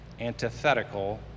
antithetical